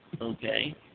okay